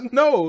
no